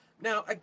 Now